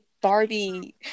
Barbie